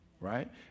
right